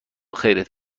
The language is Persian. خیرت